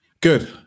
Good